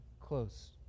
close